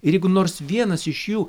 ir jeigu nors vienas iš jų